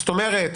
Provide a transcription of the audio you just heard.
כלומר,